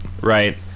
Right